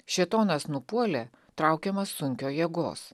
šėtonas nupuolė traukiamas sunkio jėgos